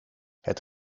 het